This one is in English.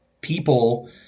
people